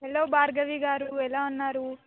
hello భార్గవిగారు ఎలా ఉన్నారు